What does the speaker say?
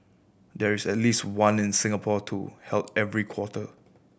there is at least one in Singapore too held every quarter